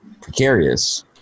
precarious